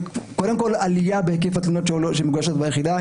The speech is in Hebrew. קודם כול עלייה בהיקף התלונות שמוגשות ביחידה.